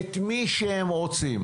את מי שהם רוצים.